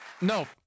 No